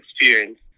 experience